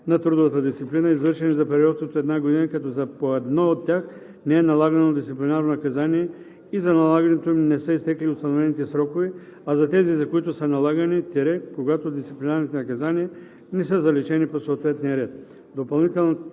на трудовата дисциплина, извършени за период от една година, като за поне едно от тях не е налагано дисциплинарно наказание и за налагането им не са изтекли установените срокове, а за тези, за които са налагани – когато дисциплинарните наказания не са заличени по съответния ред.“